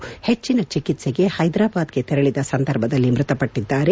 ಪೆಟ್ಟನ ಚಿಕಿತ್ಸೆಗೆ ಪೈದರಾಬಾದ್ಗೆ ತೆರಳದ ಸಂದರ್ಭದಲ್ಲಿ ಮ್ಯತಪಟ್ಟದ್ದಾರೆ